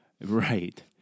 Right